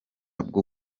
bwo